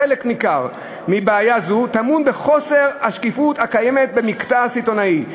חלק ניכר מבעיה זו טמון בחוסר השקיפות הקיים במקטע הסיטונאי.